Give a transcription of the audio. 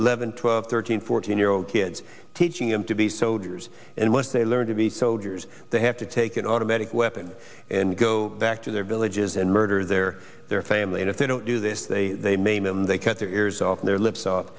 little levon twelve thirteen fourteen year old kids teaching him to be soldiers and once they learn to be soldiers they have to take an automatic weapon and go back to their villages and murder their family and if they don't do this they maim him they cut their ears off their lives off